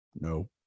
No